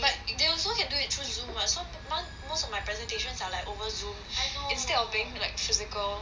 but they also can do it through Zoom [what] Zoom so most of my presentations are like over Zoom instead of doing like physical